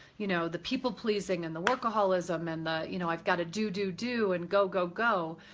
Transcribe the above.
you know, the people-pleasing and the workaholism and the you know i've got to do do do and go go go.